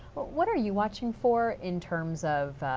what are you watching for in terms of